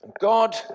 God